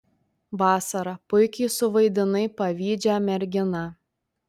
vasara puikiai suvaidinai pavydžią merginą